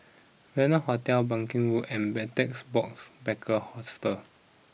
Venue Hotel banking Road and Betel Box Backpackers Hostel